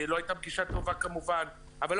לא הייתה פגישה טובה כמובן,